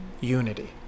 unity